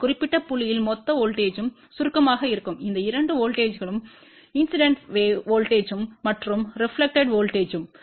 இந்த குறிப்பிட்ட புள்ளியில் மொத்த வோல்ட்டேஜ்ம் சுருக்கமாக இருக்கும் இந்த இரண்டு வோல்ட்டேஜ்ங்களும் இன்சிடென்ட் வோல்ட்டேஜ்ம் மற்றும் ரெப்லக்டெட்த்த வோல்ட்டேஜ்ம்